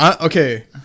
Okay